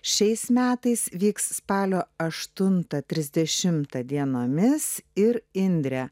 šiais metais vyks spalio aštuntą trisdešimtą dienomis ir indrę